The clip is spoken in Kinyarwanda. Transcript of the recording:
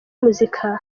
muzika